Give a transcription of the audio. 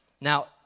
Now